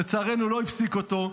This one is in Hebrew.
לצערנו לא הפסיק אותו,